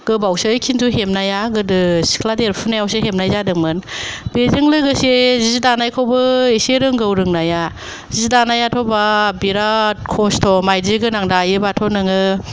गोबावसै खिन्थु हेबनाया गोदो सिख्ला देरफुनायावसो हेबनाय जादोंमोन बेजों लोगोसे जि दानायखौबो एसे रोंगौ रोंनाया जि दानायाथ' बाफ बेराद खस्थ माइदि गोनां दायोबाथ' नोङो